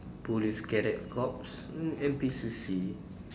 police cadet corps mm N_P_C_C